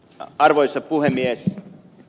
arvoisa puhemies